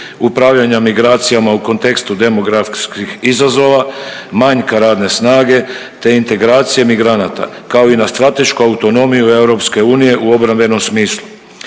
upravljanja migracijama u kontekstu demografskih izazova, manjka radne snage te integracije migranata kao i na stratešku autonomiju EU u obrambenom smislu.